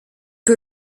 que